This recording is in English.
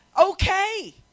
okay